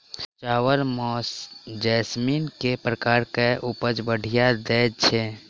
चावल म जैसमिन केँ प्रकार कऽ उपज बढ़िया दैय छै?